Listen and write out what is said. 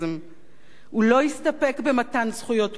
הוא לא הסתפק במתן זכויות פוליטיות שוות לנשים,